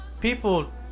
people